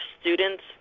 students